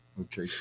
okay